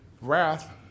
wrath